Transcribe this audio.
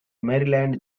maryland